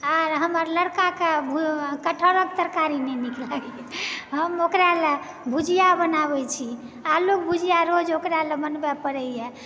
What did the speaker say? आर हमर लड़काके कटहरक तरकारी नै नीक लागैए हम ओकरा ले भुजिया बनाबै छी आलूक भुजिया रोज ओकरा ले बनबय पड़ैए